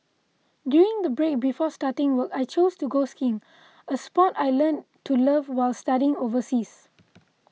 during the break before starting work I chose to go skiing a sport I learnt to love while studying overseas